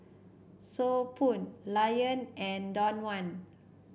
So Pho Lion and Danone